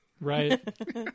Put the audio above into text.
Right